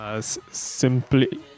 Simply